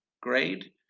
grade